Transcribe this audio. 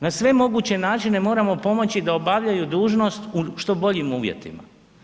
Na sve moguće načine moramo pomoći da obavljaju dužnost u što boljim uvjetima.